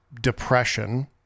depression